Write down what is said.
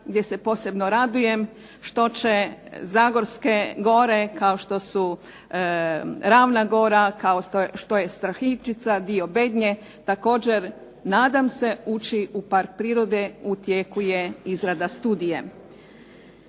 gdje se posebno radujem što će Zagorske gore kao što su Ravna gora, kao što je Strahinščica, dio Bednje također nadam se ući u Park prirode. U tijeku je izrada studije.